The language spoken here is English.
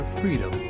freedom